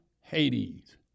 Hades